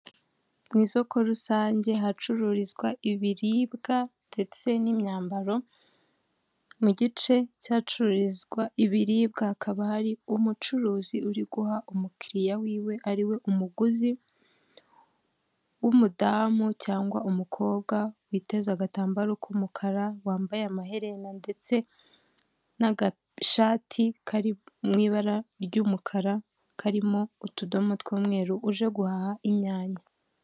Mu isoko rusange hacururizwa ibiribwa ndetse n'imyambaro, mu gice cy'ahacururizwa ibiribwa hakaba hari umucuruzi uri guha umukiriya wiwe ariwe umuguzi w'umudamu, cyangwa umukobwa witeza agatambaro k'umukara, wambaye amaherena ndetse n'agashati kariho ibara ry'umukara, karimo utudomo tw'umweru uje guhaha inyanya.